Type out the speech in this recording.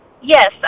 Yes